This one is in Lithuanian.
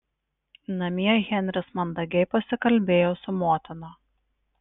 namie henris mandagiai pasikalbėjo su motina